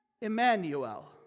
Emmanuel